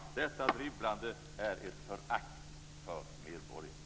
Detta dribblande är ett förakt för medborgarna.